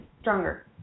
stronger